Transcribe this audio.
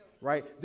right